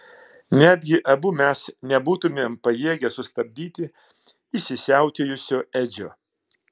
netgi abu mes nebūtumėm pajėgę sustabdyti įsisiautėjusio edžio